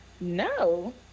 no